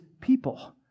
people